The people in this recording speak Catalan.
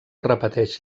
repeteix